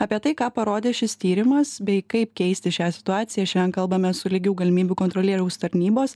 apie tai ką parodė šis tyrimas bei kaip keisti šią situaciją šiandien kalbamės su lygių galimybių kontrolieriaus tarnybos